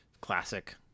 Classic